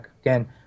again